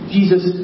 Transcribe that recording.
Jesus